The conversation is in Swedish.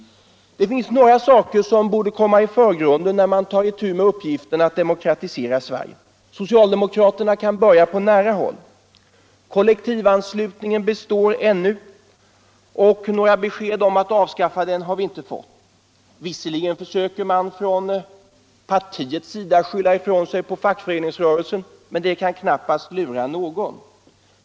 Det finns några saker som borde komma i förgrunden när man tar itu med uppgiften att demokratisera Sverige. Socialdemokraterna kan börja på nära håll. Kollektivanslutningen består ännu, och några besked om att den skall avskaffas har vi inte fått. Visserligen försöker man från partiets sida skylla ifrån sig på fackföreningsrörelsen, men det kan knappast lura någon.